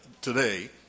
today